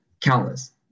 Countless